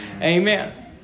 Amen